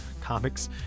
comics